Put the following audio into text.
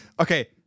Okay